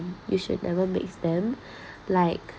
you should never mix them like